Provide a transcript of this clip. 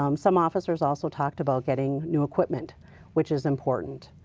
um some officers also talked about getting new equipment which is important.